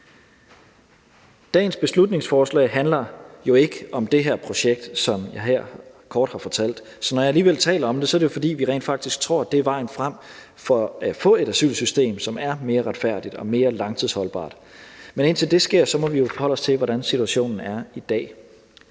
Dagens beslutningsforslag handler jo ikke om det her projekt, som jeg her kort har fortalt om, men når jeg alligevel taler om det, er det, fordi vi rent faktisk tror, at det er vejen frem for at få et asylsystem, som er mere retfærdigt og mere langtidsholdbart, men indtil det sker, må vi jo forholde os til, hvordan situationen er i dag.